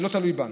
זה לא תלוי בנו.